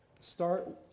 start